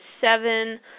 seven